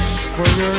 spring